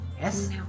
yes